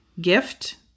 gift